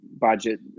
budget